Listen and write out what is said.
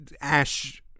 Ash